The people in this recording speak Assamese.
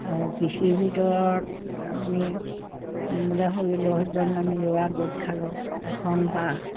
আৰু কৃষিৰ ভিতৰত আপুনি বোলে দহজন আমি ল'ৰা গোট খালোঁ এখন পাহ